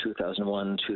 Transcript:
2001